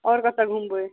आओर कतऽ घुमबय